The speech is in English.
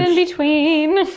between.